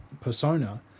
persona